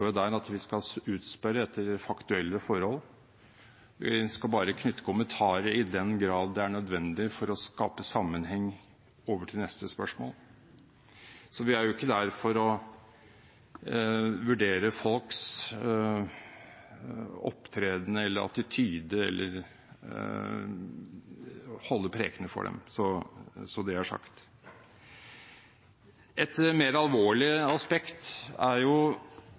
den grad det er nødvendig for å skape sammenheng over til neste spørsmål. Vi er ikke der for å vurdere folks opptreden og attityde eller for å holde preken for dem – så det er sagt. Et mer alvorlig aspekt er